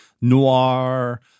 noir